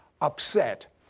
upset